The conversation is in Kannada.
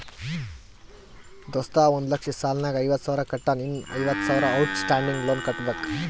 ದೋಸ್ತ ಒಂದ್ ಲಕ್ಷ ಸಾಲ ನಾಗ್ ಐವತ್ತ ಸಾವಿರ ಕಟ್ಯಾನ್ ಇನ್ನಾ ಐವತ್ತ ಸಾವಿರ ಔಟ್ ಸ್ಟ್ಯಾಂಡಿಂಗ್ ಲೋನ್ ಕಟ್ಟಬೇಕ್